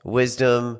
wisdom